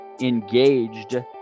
engaged